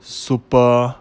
super